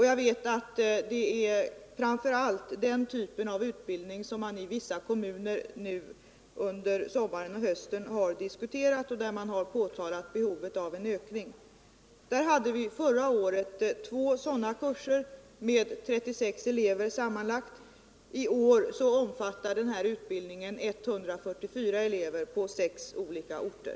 Jag vet att det framför allt är den typen av utbildning som man i vissa kommuner nu under sommaren och hösten har diskuterat och att man har påtalat behovet av en ökning. Förra året hade vi sådana kurser på två orter med 36 elever sammanlagt. I år omfattar den här utbildningen 144 elever på sex olika orter.